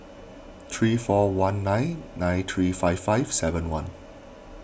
three four one nine nine three five five seven one